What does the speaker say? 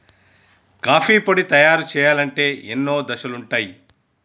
coffee పొడి తయారు చేయాలంటే ఎన్నో దశలుంటయ్